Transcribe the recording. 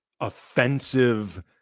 offensive